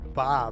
Bob